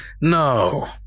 No